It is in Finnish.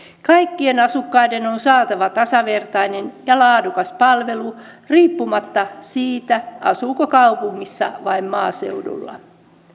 kaikkien asukkaiden on saatava tasavertainen ja laadukas palvelu riippumatta siitä asuuko kaupungissa vai maaseudulla